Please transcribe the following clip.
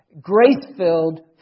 grace-filled